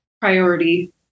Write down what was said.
priority